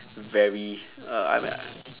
very uh I'm at